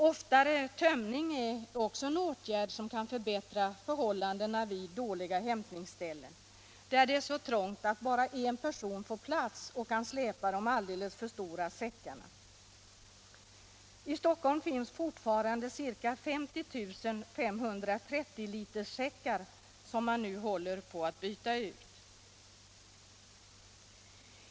Oftare tömning är en åtgärd som kan förbättra förhållandena vid dåliga hämtningsställen, där det är så trångt att bara en person får plats att släpa de alldeles för stora säckarna. Det finns i Stockholm fortfarande ca 50 000 ställ för 530-literssäckar som nu håller på att bytas ut.